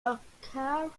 occur